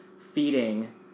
feeding